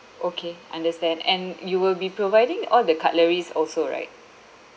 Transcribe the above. okay understand and you will be providing all the cutleries also right